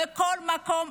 בכל מקום,